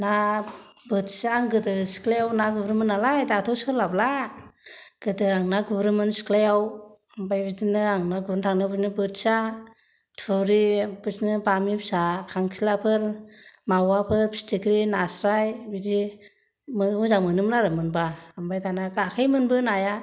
ना बोथिया गोदो सिख्लायाव ना गुरोमोन नालाय दाथ' सोलाबला गोदो आं ना गुरोमोन सिख्लायाव आमफाय बिदिनो आं ना गुरनो थांनायाव बोथिया थुरि बिदिनो बामि फिसा खांखिलाफोर मावाफोर फिथिख्रि नास्राय बिदि मोजां मोनो मोन आरो मोनबा आमफाय दाना गाखोयो मोनबो आरो नाया